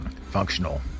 functional